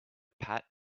pat